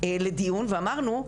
לדיון ואמרנו,